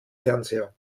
fernseher